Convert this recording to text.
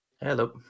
Hello